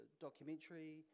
documentary